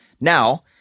now